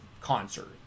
concert